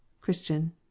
CHRISTIAN